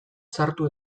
sartu